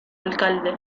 alcalde